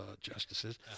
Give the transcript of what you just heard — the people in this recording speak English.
justices